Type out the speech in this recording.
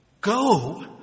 Go